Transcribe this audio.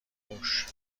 موش